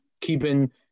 keeping